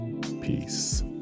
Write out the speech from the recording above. Peace